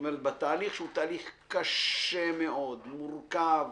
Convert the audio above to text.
התהליך הוא קשה מאוד ומורכב.